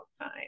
time